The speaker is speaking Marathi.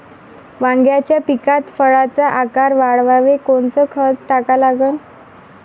वांग्याच्या पिकात फळाचा आकार वाढवाले कोनचं खत टाका लागन?